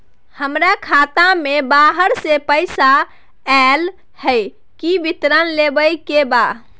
हमरा खाता में बाहर से पैसा ऐल है, से विवरण लेबे के बा?